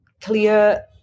clear